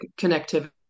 connectivity